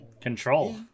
Control